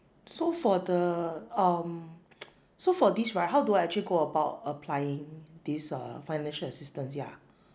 so for the um so for this right how do I actually go about applying this uh financial assistance yeah